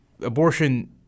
abortion